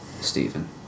Stephen